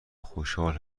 خوشحال